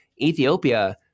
Ethiopia